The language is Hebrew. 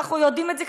ואנחנו יודעים את זה,